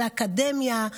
זה אקדמיה.